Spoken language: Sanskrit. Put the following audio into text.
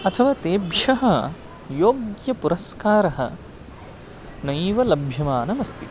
अथवा तेभ्यः योग्यपुरस्कारः नैव लभ्यमानमस्ति